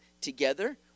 together